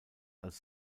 als